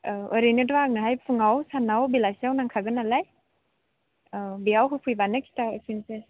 औ ओरैनोथ' आंनोहाय फुङाव सानाव बेलासियाव नांखागोन नालाय औ बेयाव होफैबानो खिथाफिनसै